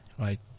right